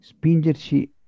spingerci